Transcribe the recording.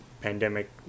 pandemic